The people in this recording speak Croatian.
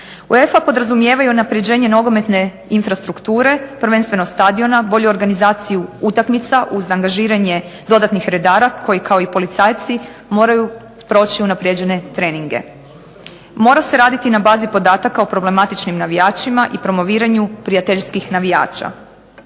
UEFA podrazumijeva i unapređenje nogometne infrastrukture, prvenstveno stadiona, bolju organizaciju utakmica, uz angažiranje dodatnih redara koji kao i policajci moraju proći unaprijeđene treninge. Mora se raditi na bazi podataka o problematičnim navijačima i promoviranju prijateljskih navijača.